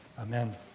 Amen